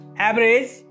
average